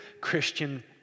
Christian